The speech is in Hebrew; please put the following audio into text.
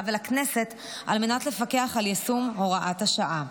ולכנסת על מנת לפקח על יישום הוראת השעה.